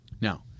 Now